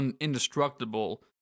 indestructible